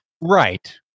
right